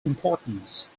importance